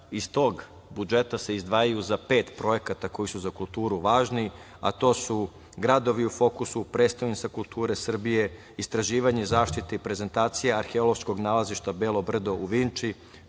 iz tog budžeta se izdvajaju za pet projekata koji su za kulturu važni, a to su „Gradovi u fokusu“, „Prestonica kulture Srbije“, „Istraživanje, zaštita i prezentacija arheološkog nalazišta Belo brdo u Vinči“,